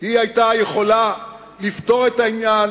היא היתה יכולה לפתור את העניין,